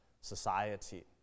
society